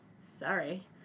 Sorry